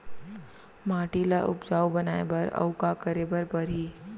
माटी ल उपजाऊ बनाए बर अऊ का करे बर परही?